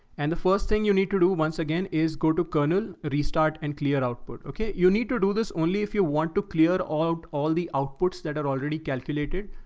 and the first thing you need to do once again, is go to kernel, restart and clear output. okay. you need to do this only if you want to clear out all the outputs that are already calculated.